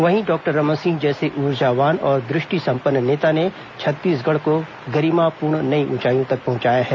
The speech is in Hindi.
वहीं डॉक्टर रमन सिंह जैसे ऊर्जावान और दृष्टिसम्पन्न नेता ने छत्तीसगढ़ को गरिमापूर्ण नई ऊंचाईयों तक पहुंचाया है